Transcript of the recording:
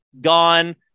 gone